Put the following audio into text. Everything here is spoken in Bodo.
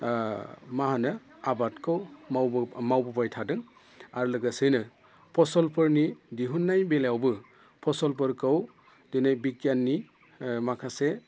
माहोनो आबादखौ मावबोबाय थादों आरो लोगोसेयैनो फसलफोरनि दिहुननायनि बेलायावबो फसलफोरखौ दिनै बिगियाननि माखासे